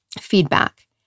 feedback